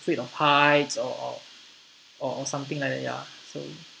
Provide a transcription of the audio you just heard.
afraid of heights or or or or something like that ya so